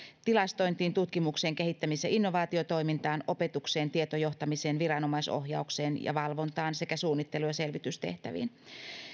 tilastointiin tutkimukseen kehittämis ja innovaatiotoimintaan opetukseen tietojohtamiseen viranomaisohjaukseen ja valvontaan sekä suunnittelu ja selvitystehtäviin